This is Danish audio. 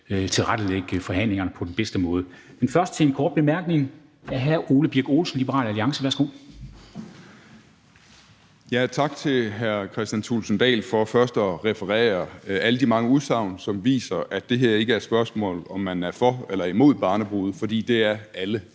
tilrettelægge forhandlingerne på den bedste måde. Men først til de korte bemærkninger. Hr. Ole Birk Olesen, Liberal Alliance. Værsgo. Kl. 13:41 Ole Birk Olesen (LA): Tak til hr. Kristian Thulesen Dahl for først at referere alle de mange udsagn, som viser, at det her ikke er et spørgsmål om, om man er for eller imod barnebrude, for det er alle.